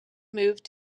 moved